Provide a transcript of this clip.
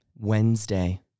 Wednesday